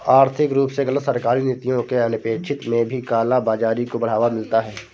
आर्थिक रूप से गलत सरकारी नीतियों के अनपेक्षित में भी काला बाजारी को बढ़ावा मिलता है